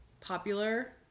popular